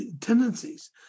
tendencies